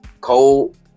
Cold